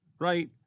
right